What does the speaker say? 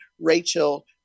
Rachel